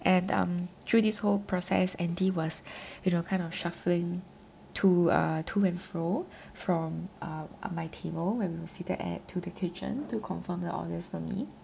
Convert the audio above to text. and um through this whole process andy was you know kind of shuffling to uh to and fro from uh uh my table where we were seated at to the kitchen to confirm the orders for me